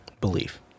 belief